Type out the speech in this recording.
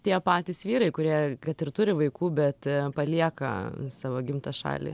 tie patys vyrai kurie kad ir turi vaikų bet palieka savo gimtą šalį